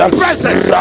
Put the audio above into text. presence